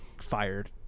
fired